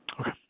Okay